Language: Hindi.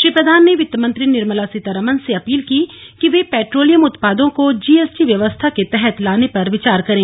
श्री प्रधान ने वित्तमंत्री निर्मला सीतारामन से अपील की कि वे पेट्रोलियम उत्पादों को जीएसटी व्यवस्था के तहत लाने पर विचार करें